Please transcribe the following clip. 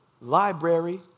library